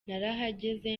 narahageze